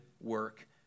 work